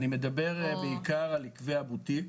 אני מדבר בעיקר על יקבי הבוטיק,